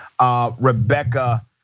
Rebecca